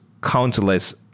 countless